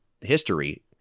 history